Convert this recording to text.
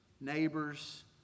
neighbors